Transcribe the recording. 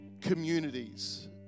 communities